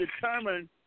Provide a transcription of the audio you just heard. determined